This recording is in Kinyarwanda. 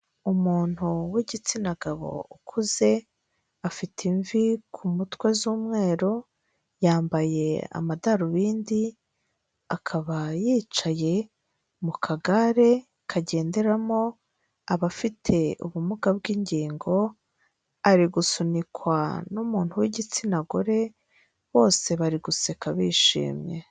Umuntu w'igitsina gabo ukuze, afite imvi ku mutwe z'umweru, yambaye amadarubindi, akaba yicaye mu kagare kagenderamo abafite ubumuga bw'ingingo, ari gusunikwa n'umuntu w'igitsina gore bose bari guseka bishimye.